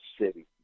city